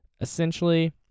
essentially